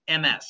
MS